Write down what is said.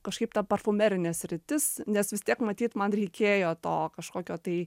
kažkaip ta parfumerinė sritis nes vis tiek matyt man reikėjo to kažkokio tai